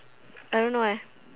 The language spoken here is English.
I don't know leh